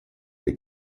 dei